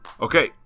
Okay